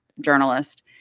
journalist